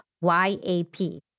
Y-A-P